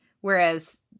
Whereas